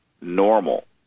normal